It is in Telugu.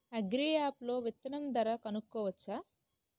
అగ్రియాప్ లో విత్తనం ధర కనుకోవచ్చా?